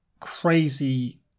crazy